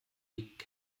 liegt